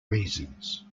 reasons